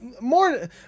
more